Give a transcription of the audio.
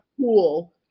cool